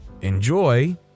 enjoy